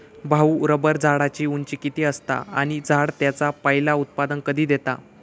भाऊ, रबर झाडाची उंची किती असता? आणि झाड त्याचा पयला उत्पादन कधी देता?